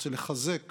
רוצה לחזק